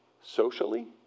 Socially